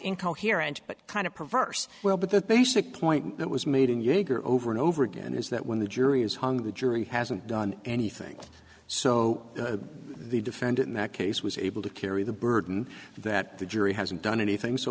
incoherent but kind of perverse well but the basic point that was made in yeager over and over again is that when the jury is hung the jury hasn't done anything so the defendant in that case was able to carry the burden that the jury hasn't done anything so